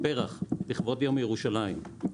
לכבוד יום ירושלים,